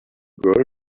girl